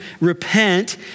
repent